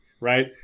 right